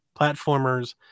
platformers